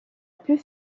plus